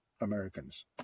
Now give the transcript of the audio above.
Americans